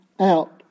out